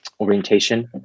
orientation